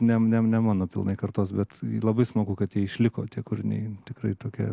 ne mano pilnai kartos bet labai smagu kad išliko tie kūriniai tikrai tokia